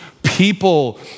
people